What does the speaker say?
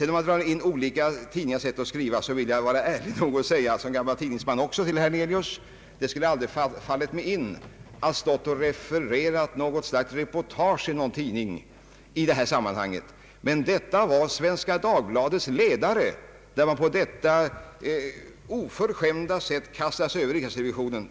När man drar in olika tidningars sätt att skriva vill jag som gammal tidningsman vara ärlig nog att säga till herr Hernelius att det aldrig skulle ha fallit mig in att i detta sammanhang referera ett reportage i någon tidning. Men citatet var ur Svenska Dagbladets ledare, där man på ett så oförskämt sätt kastade sig över riksrevisionen.